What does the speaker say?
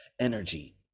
energy